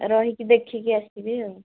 ରହିକି ଦେଖିକି ଆସିବି ଆଉ